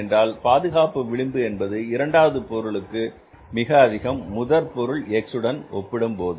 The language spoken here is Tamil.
என்றால் பாதுகாப்பு விளிம்பு என்பது இரண்டாவது பொருளுக்கு மிக அதிகம் முதல் பொருளுடன் எக்ஸ் ஒப்பிடும்போது